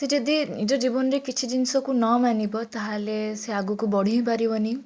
ସେ ଯଦି ନିଜ ଜୀବନରେ କିଛି ଜିନିଷକୁ ନ ମାନିବ ତାହେଲେ ସେ ଆଗକୁ ବଢ଼ି ହିଁ ପାରିବନି